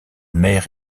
mer